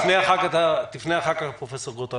תפנה אחר כך לפרופ' גרוטו.